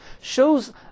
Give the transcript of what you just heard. shows